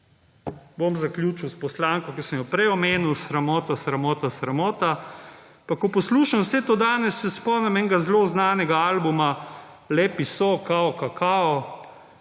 Bom zaključil s poslanko, ki sem jo prej omenil. Sramota, sramota, sramota. Pa ko poslušam vse to danes, se spomnim enega zelo znanega albuma, »Lepi so kao kakao«,